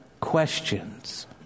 questions